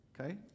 okay